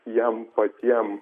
jiem patiem